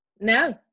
No